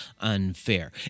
unfair